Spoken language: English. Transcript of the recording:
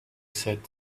said